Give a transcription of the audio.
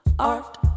art